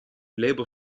label